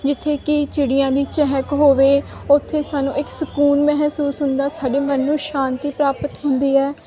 ਜਿੱਥੇ ਕਿ ਚਿੜੀਆਂ ਦੀ ਚਹਿਕ ਹੋਵੇ ਉੱਥੇ ਸਾਨੂੰ ਇੱਕ ਸਕੂਨ ਮਹਿਸੂਸ ਹੁੰਦਾ ਸਾਡੇ ਮਨ ਨੂੰ ਸ਼ਾਂਤੀ ਪ੍ਰਾਪਤ ਹੁੰਦੀ ਹੈ